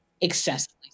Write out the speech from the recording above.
excessively